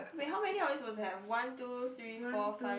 wait how many we are suppose to have one two three four five